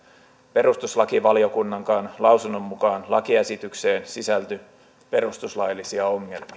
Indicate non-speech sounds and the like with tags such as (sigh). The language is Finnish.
perustuslakivaliokunnankaan lausunnon mukaan lakiesitykseen sisälly perustuslaillisia ongelmia (unintelligible)